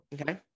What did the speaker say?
Okay